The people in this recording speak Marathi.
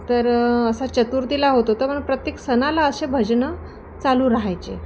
तर असा चतुर्थीला होत होतं पण प्रत्येक सणाला असे भजनं चालू राहायचे